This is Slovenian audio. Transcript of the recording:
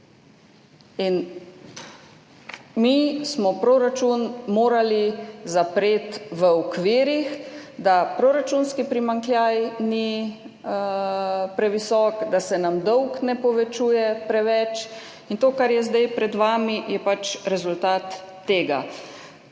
Mi smo proračun morali zapreti v okvirih, da proračunski primanjkljaj ni previsok, da se nam dolg ne povečuje preveč. To, kar je zdaj pred vami, je pač rezultat tega.